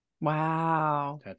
Wow